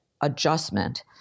adjustment